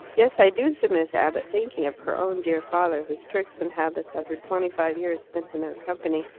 yes, i do, said miss abbott, thinking of her own dear father, whose tricks and habits, after twenty-five years spent in their company,